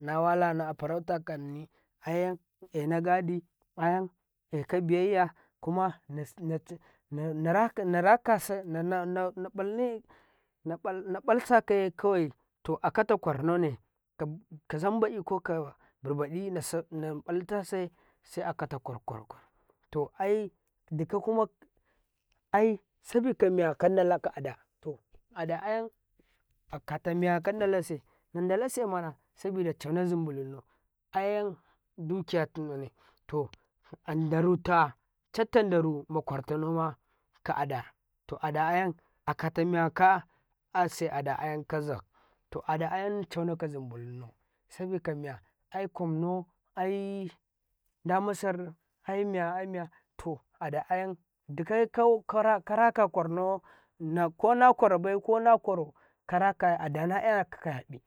﻿Nawalana afarauta kanni ayan ena gadi ayan eka biyayya kuma naraka na ƃalne naƃal sakaye kawai to akata ƙwarnane kazaim baiyi koka birbadi naƃaltase seakata ƙwar ƙwar to ai dikuma ai sabika miya kaƃalka ka ada to ada ayan kata miyaka kan dalase nan dalase mana sabi da cauna zimbu lunnau ayan dukiya tinane ai daruta catta daruma ƙwartanoma ka'ada to ada ayan akata miya ka asse ada ayan kaza to a da ayan ka cauka zimbu lunnau sa bika miya ai ƙwamnau ai damasar ai miya aimiya ada ayan dika ka rakau ƙwarnau kona ƙwara bai ko na ƙwarau karakaye ada na etika kayaƃi